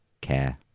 care